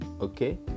Okay